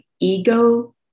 ego